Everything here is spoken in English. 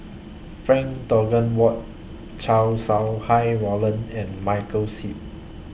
Frank Dorrington Ward Chow Sau Hai Roland and Michael Seet